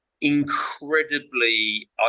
incredibly